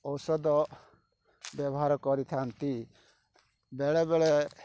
ଔଷଧ ବ୍ୟବହାର କରିଥାଆନ୍ତି ବେଳେ ବେଳେ